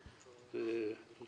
הוא שיח ביניכם.